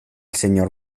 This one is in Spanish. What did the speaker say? señor